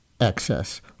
excess